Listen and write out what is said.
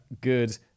good